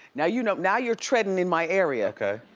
now you know, now you're treading in my area. okay.